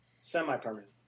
semi-permanent